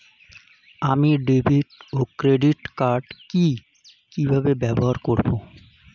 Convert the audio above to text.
আমি ডেভিড ও ক্রেডিট কার্ড কি কিভাবে ব্যবহার করব?